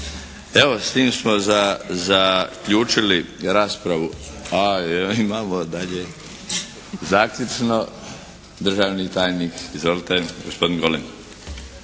Evo s tim smo zaključili raspravu, a imamo dalje zaključno državni tajnik. Izvolite, gospodin Golem.